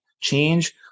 change